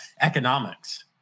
economics